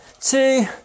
two